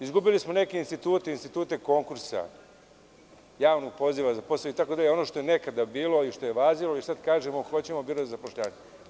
Izgubili smo neke institute konkursa, javnog poziva za posao itd, ono što je nekada bilo i važili i sada kažemo da hoćemo biro za zapošljavanje.